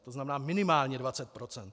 To znamená minimálně 20 %.